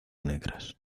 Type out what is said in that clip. negras